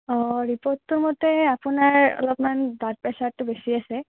অঁ ৰিপৰ্টটো মতে আপোনাৰ অলপমান ব্লাড প্ৰেচাৰটো বেছি আছে